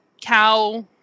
cow